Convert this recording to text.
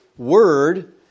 word